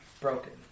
broken